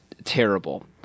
terrible